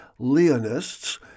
Leonists